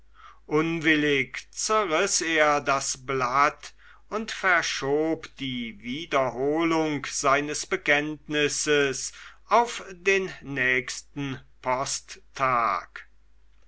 unwillig zerriß er das blatt und verschob die wiederholung seines bekenntnisses auf den nächsten